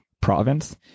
province